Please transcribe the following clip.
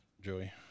Joey